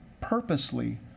purposely